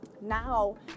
now